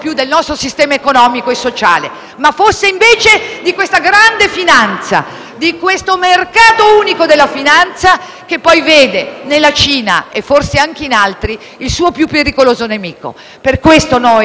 unico della finanza che poi vede nella Cina, e forse anche in altri, il suo più pericoloso nemico. Per questo noi, votando convintamente la proposta di risoluzione di cui è prima firmataria la collega Pucciarelli, le auguriamo,